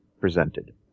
presented